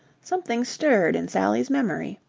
something stirred in sally's memory.